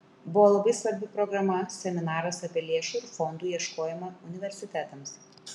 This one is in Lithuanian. buvo labai svarbi programa seminaras apie lėšų ir fondų ieškojimą universitetams